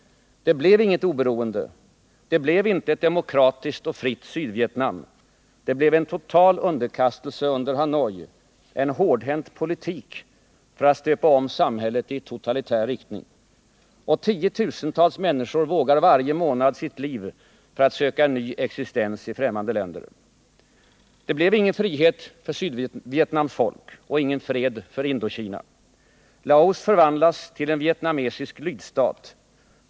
Det blev inget oberoende. Det blev inte ett demokratiskt och fritt Sydvietnam. Det blev en total underkastelse under Hanoi, en hårdhänt politik för att stöpa om samhället i totalitär riktning. Och tiotusentals människor vågar varje månad sina liv för att söka en ny existens i främmande länder. Det blev ingen frihet för Sydvietnams folk och ingen fred för Indokina. Laos förvandlas till en vietnamesisk lydstat.